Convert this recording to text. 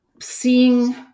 seeing